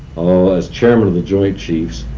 ah as chairman of the joint chiefs